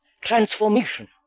transformation